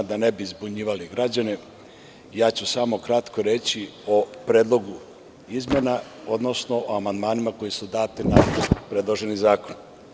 Da ne bi zbunjivali građane, ja ću samo kratko reći o predlogu izmena, odnosno o amandmanima koji su dati na predloženi zakon.